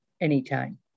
anytime